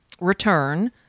return